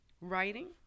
writing